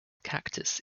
cactus